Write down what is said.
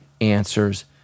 answers